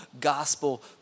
gospel